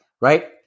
right